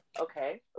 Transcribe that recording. Okay